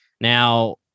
now